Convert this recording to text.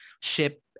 ship